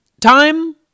time